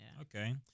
Okay